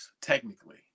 Technically